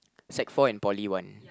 Sec four and Poly one